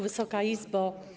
Wysoka Izbo!